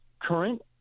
current